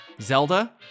Zelda